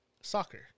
soccer